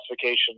classification